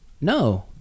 no